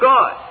God